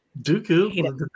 Dooku